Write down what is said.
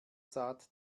saat